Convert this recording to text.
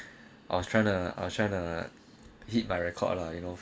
I was try the I was try the hit by record lah you know